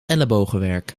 ellebogenwerk